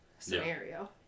scenario